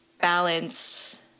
balance